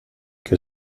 che